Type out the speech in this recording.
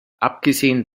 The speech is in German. abgesehen